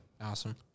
Awesome